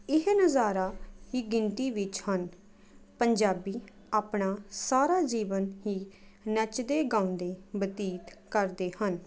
ਇਹ ਨਜ਼ਾਰਾ ਹੀ ਗਿਣਤੀ ਵਿੱਚ ਹਨ ਪੰਜਾਬੀ ਆਪਣਾ ਸਾਰਾ ਜੀਵਨ ਹੀ ਨੱਚਦੇ ਗਾਉਂਦੇ ਬਤੀਤ ਕਰਦੇ ਹਨ